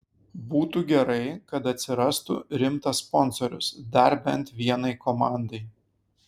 būtų gerai kad atsirastų rimtas sponsorius dar bent vienai komandai